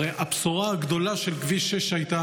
הרי הבשורה הגדולה של כביש 6 הייתה,